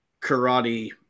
karate